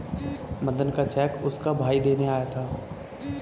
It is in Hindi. मदन का चेक उसका भाई देने आया था